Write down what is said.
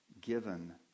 given